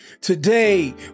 Today